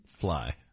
fly